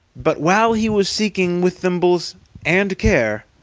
but while he was seeking with thimbles and care,